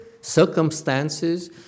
circumstances